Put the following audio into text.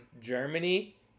Germany